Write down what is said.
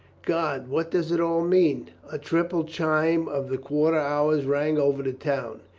god, what does it all mean? a triple chime of the quarter hours rang over the town.